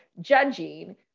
judging